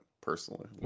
Personally